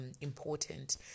important